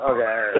Okay